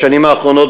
בשנים האחרונות,